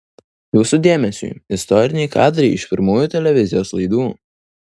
jūsų dėmesiui istoriniai kadrai iš pirmųjų televizijos laidų